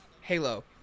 Halo